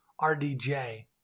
RDJ